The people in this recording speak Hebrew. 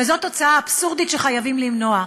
זאת תוצאה אבסורדית שחייבים למנוע.